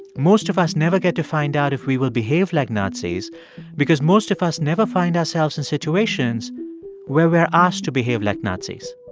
most of us never get to find out if we will behave like nazis because most of us never find ourselves in situations where we're asked to behave like nazis.